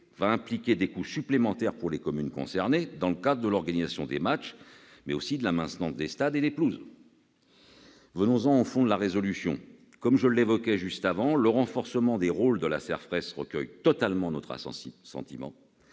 impliquera des coûts supplémentaires pour les communes concernées dans le cadre de l'organisation des matchs mais aussi de la maintenance des stades et des pelouses. Venons-en au fond de la proposition de résolution. Comme je le disais à l'instant, le renforcement des rôles de la CERFRES recueille totalement notre assentiment.